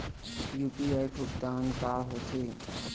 UPI भुगतान का होथे?